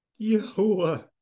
Yahuwah